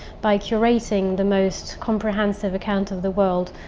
by curating the most comprehensive account of the world.